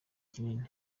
kinini